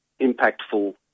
impactful